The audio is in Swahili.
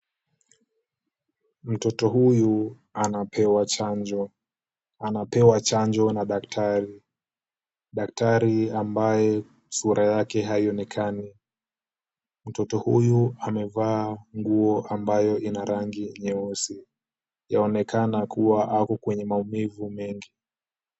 Mtoto huyu anapewa chanjo. Anapewa chanjo na daktari, daktari ambaye sura yake haionekani. Mtoto huyu amevaa nguo ambayo ina rangi nyeusi. Yaonekana kuwa ako kwenye maumivu mengi.